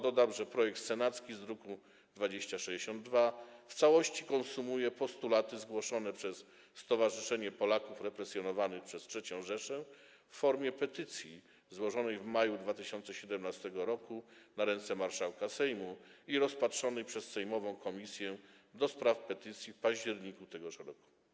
Dodam, że projekt senacki z druku nr 2062 w całości konsumuje postulaty zgłoszone przez Stowarzyszenie Polaków Represjonowanych przez III Rzeszę w formie petycji złożonej w maju 2017 r. na ręce marszałka Sejmu i rozpatrzonej przez sejmową Komisję do Spraw Petycji w październiku tegoż roku.